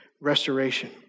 restoration